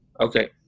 Okay